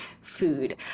food